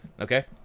okay